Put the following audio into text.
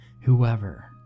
Whoever